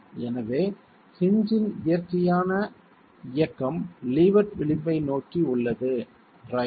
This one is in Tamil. எனவே ஹின்ஜ் இன் இயற்கையான இயக்கம் லீவார்ட் விளிம்பை நோக்கி உள்ளது ரைட்